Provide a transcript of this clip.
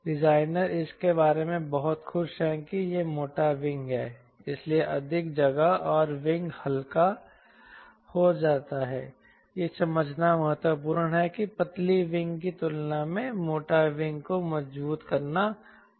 designer इसके बारे में बहुत खुश है कि यह मोटा विंग है इसलिए अधिक जगह और विंग हल्का हो जाता है यह समझना महत्वपूर्ण है कि पतली विंग की तुलना में मोटी विंग को मजबूत करना आसान है